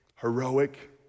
Heroic